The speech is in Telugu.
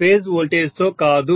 ఫేజ్ వోల్టేజితో కాదు